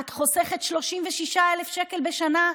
את חוסכת 36,000 שקל בשנה,